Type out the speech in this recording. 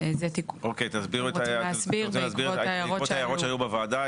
אני רוצה להסביר את זה בעקבות ההערות שהיו בוועדה.